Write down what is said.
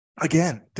again